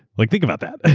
like think about that.